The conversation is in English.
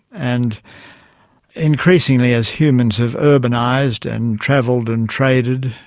and increasingly as humans have urbanised and travelled and traded,